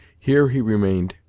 here he remained,